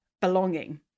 belonging